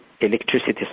electricity